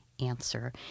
answer